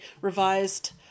revised